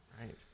Right